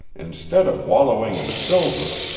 instead of wallowing in silver,